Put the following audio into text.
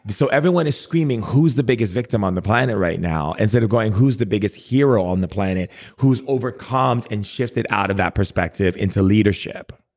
so everyone's screaming, who's the biggest victim on the planet right now, instead of going, who's the biggest hero on the planet who's overcome and shifted out of that perspective into leadership?